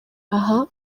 aha